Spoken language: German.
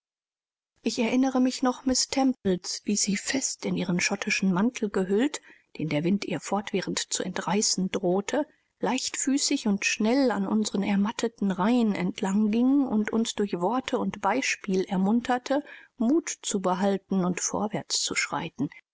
ich erinnere mich noch miß temples wie sie fest in ihren schottischen mantel gehüllt den der wind ihr fortwährend zu entreißen drohte leichtfüßig und schnell an unseren ermatteten reihen entlang ging und uns durch worte und beispiel ermunterte mut zu behalten und vorwärts zu schreiten